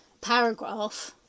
paragraph